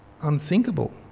unthinkable